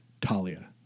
Talia